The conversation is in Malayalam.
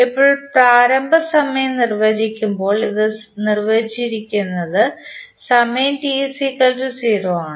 ഇപ്പോൾ പ്രാരംഭ സമയം നിർവചിക്കുമ്പോൾ ഇത് നിർവചിച്ചിരിക്കുന്നത് സമയം t 0 ആണ്